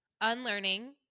unlearning